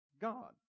God